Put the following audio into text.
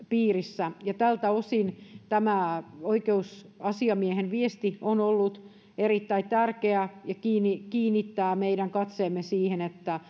piirissä ja tältä osin tämä oikeusasiamiehen viesti on ollut erittäin tärkeä ja kiinnittää meidän katseemme siihen että